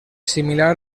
similar